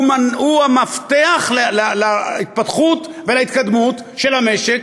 הוא המפתח להתפתחות ולהתקדמות של המשק,